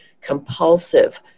compulsive